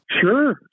Sure